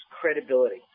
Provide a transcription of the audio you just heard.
credibility